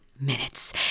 minutes